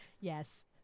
Yes